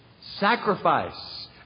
sacrifice